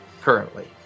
currently